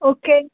okay